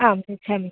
आं यच्छामि